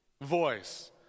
voice